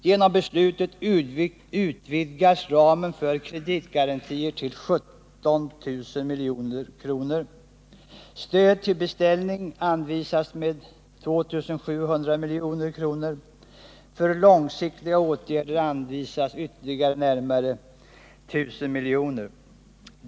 Genom besluten utvidgas ramen för kreditgarantier till 17 000 milj.kr. Stöd till beställning anvisas med 2 700 milj.kr. För långsiktiga åtgärder anvisas ytterligare närmare 1 000 milj.kr.